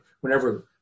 whenever